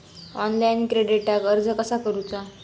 Online क्रेडिटाक अर्ज कसा करुचा?